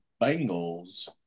Bengals